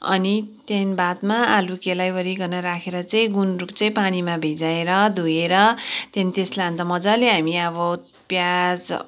अनि त्यहाँदेखि भातमा आलु केलाइवरिकन राखेर चाहिँ गुन्द्रुक चाहिँ पानीमा भिजाएर धोएर त्यहाँदेखि त्यसलाई अन्त मजाले अब हामी अब प्याज